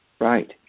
Right